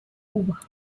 overhaul